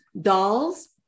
dolls